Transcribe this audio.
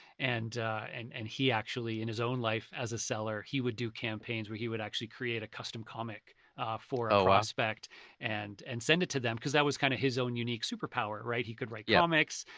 and and and he actually in his own life as a seller, he would do campaigns where he would actually create a custom comic for a prospect and and send it to them. because that was kinda his own unique superpower, right, he could write yeah comics.